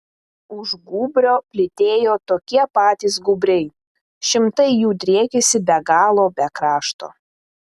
už gūbrio plytėjo tokie patys gūbriai šimtai jų driekėsi be galo be krašto